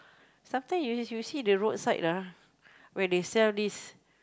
sometime you you you see the roadside lah when they sell this